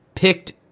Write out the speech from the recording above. picked